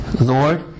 Lord